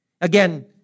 Again